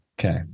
Okay